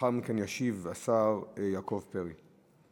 לאחר מכן ישיב השר יעקב פרי.